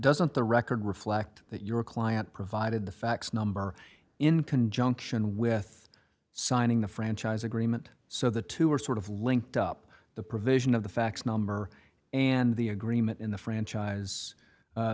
doesn't the record reflect that your client provided the fax number in conjunction with signing the franchise agreement so the two are sort of linked up the provision of the fax number and the agreement in the franchise